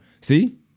See